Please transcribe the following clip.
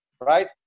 right